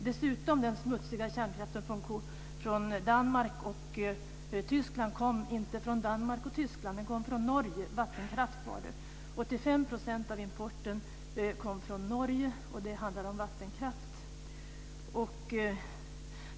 Dessutom kom den smutsiga kolkraft, som Odenberg sade kom från Tyskland och Danmark, inte från Danmark och 85 % importen kom från Norge, och det handlar om vattenkraft.